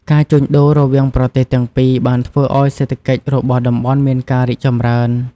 ការជួញដូររវាងប្រទេសទាំងពីរបានធ្វើឱ្យសេដ្ឋកិច្ចរបស់តំបន់មានការរីកចម្រើន។